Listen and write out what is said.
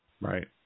Right